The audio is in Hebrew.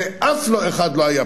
שאף לאחד לא היה פתרון.